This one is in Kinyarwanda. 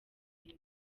inda